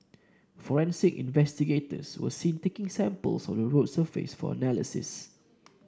forensic investigators were seen taking samples of the road surface for analysis